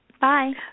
Bye